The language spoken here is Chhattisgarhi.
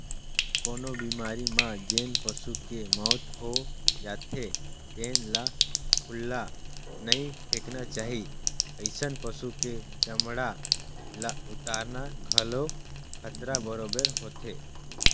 कोनो बेमारी म जेन पसू के मउत हो जाथे तेन ल खुल्ला नइ फेकना चाही, अइसन पसु के चमड़ा ल उतारना घलो खतरा बरोबेर होथे